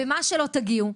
במה שלא תגיעו,